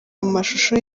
amashusho